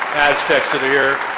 aztecs that are here,